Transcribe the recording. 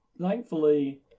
thankfully